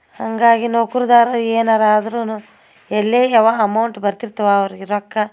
ಹಾಗಾಗಿ ನೌಕ್ರುದಾರ್ರ ಏನಾರೂ ಆದ್ರೂ ಎಲ್ಲೇ ಯಾವ ಅಮೌಂಟ್ ಬರ್ತಿರ್ತವೆ ಅವ್ರಿಗೆ ರೊಕ್ಕ